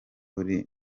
uri